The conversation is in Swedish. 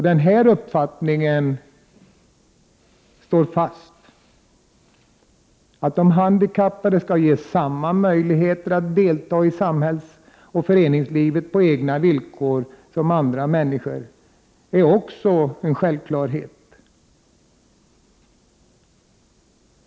Denna uppfattning står fast, dvs. att de handikappade skall ges samma möjligheter som andra människor att delta i samhällsoch föreningslivet på egna villkor. Det är också en självklarhet.